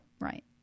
Right